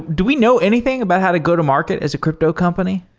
do we know anything about how to go-to-market as a crypto company?